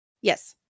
Yes